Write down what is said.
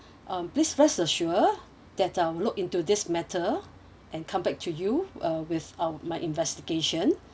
um please rest assure that I'll look into this matter and come back to you uh with our my investigation